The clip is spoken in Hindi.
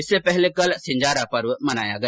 इससे पहले कल सिंजारा पर्व मनाया गया